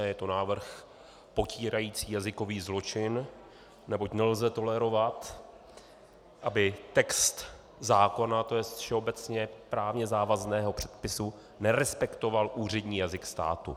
Je to návrh potírající jazykový zločin, neboť nelze tolerovat, aby text zákona, to jest všeobecně právně závazného předpisu, nerespektoval úřední jazyk státu.